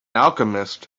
alchemist